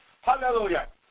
hallelujah